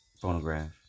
phonograph